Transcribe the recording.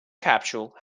capsule